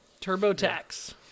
TurboTax